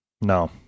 no